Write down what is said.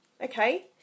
okay